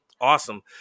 awesome